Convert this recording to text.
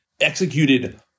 executed